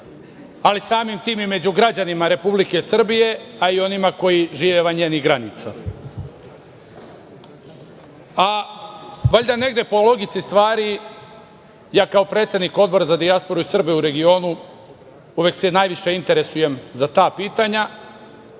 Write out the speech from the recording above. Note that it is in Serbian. ali samim tim i među građanima Republike Srbije, a i onima koji žive van njenih granica. Valjda negde po logici stvari ja kao predsednik Odbora za dijasporu i Srbe u regionu uvek se najviše interesujem za ta pitanja,